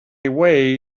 way